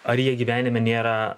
ar jie gyvenime nėra